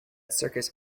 circus